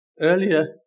Earlier